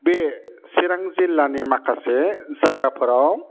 बे चिरां जिल्लानि माखासे जायगाफोराव